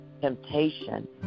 temptation